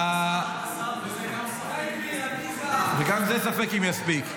וגם זה ספק אם יספיק.